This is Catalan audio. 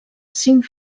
cinc